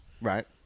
Right